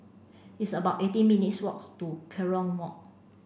it's about eighty minutes walk to Kerong Walk